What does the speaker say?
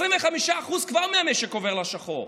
25% מהמשק כבר עובר לשחור.